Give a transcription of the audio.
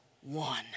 one